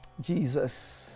Jesus